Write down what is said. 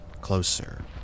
closer